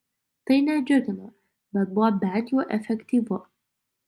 tai nedžiugino bet buvo bent jau efektyvu